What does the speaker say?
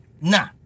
Nah